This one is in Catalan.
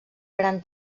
gran